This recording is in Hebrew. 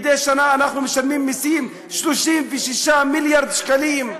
מדי שנה אנחנו משלמים מסים בסך 36 מיליארד שקלים.